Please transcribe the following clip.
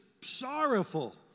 sorrowful